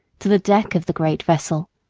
to the deck of the great vessel.